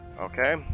Okay